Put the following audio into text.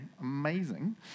amazing